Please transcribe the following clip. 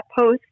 post